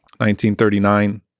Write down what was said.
1939